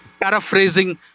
paraphrasing